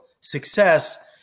success